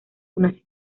una